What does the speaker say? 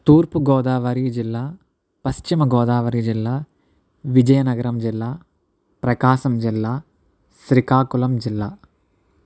తూర్పు గోదావరి జిల్లా పశ్చిమ గోదావరి జిల్లా విజయనగరం జిల్లా ప్రకాశం జిల్లా శ్రీకాకుళం జిల్లా